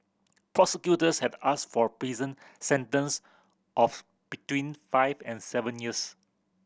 prosecutors had asked for a prison sentence of between five and seven years